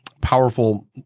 powerful